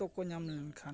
ᱠᱚ ᱧᱟᱢ ᱞᱮᱱᱠᱷᱟᱱ